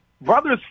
brothers